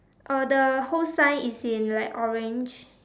uh the whole sign is in like orange